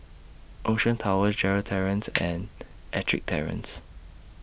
Ocean Towers Gerald Terrace and Ettrick Terrace